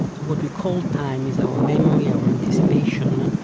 what we call time is our memory, our anticipation.